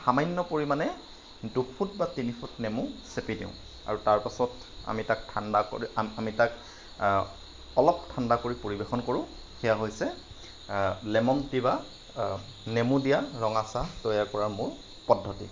সামান্য পৰিমাণে দুফুট বা তিনিফুট নেমু চেপি দিওঁ আৰু তাৰ পাছত আমি তাক ঠাণ্ডা কৰি আমি আমি তাক অলপ ঠাণ্ডা কৰি পৰিৱেশন কৰোঁ সেয়া হৈছে লেমন টি বা নেমু দিয়া ৰঙা চাহ তৈয়াৰ কৰা মোৰ পদ্ধতি